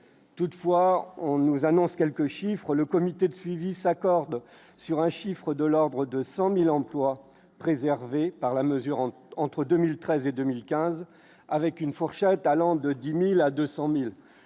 toutefois, on nous annonce quelques chiffres : le comité de suivi s'accordent sur un chiffre de l'ordre de 100000 emplois préservés par la mesure entre 2013 et 2015 avec une fourchette allant de 10000 à 200000